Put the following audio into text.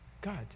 God